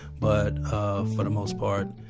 but ah for the most part,